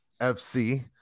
FC